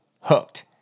hooked